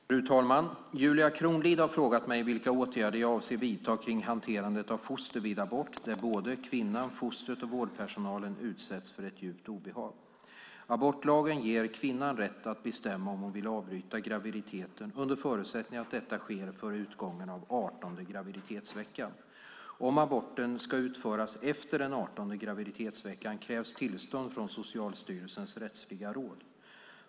Fru talman! Julia Kronlid har frågat mig vilka åtgärder jag avser att vidta kring hanterandet av foster vid abort där både kvinnan, fostret och vårdpersonalen utsätts för ett djupt obehag. Abortlagen ger kvinnan rätt att bestämma om hon vill avbryta graviditeten under förutsättning att detta sker före utgången av den 18:e graviditetsveckan. Om aborten ska utföras efter den 18:e graviditetsveckan krävs tillstånd från Socialstyrelsens rättsliga råd.